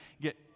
get